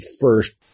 first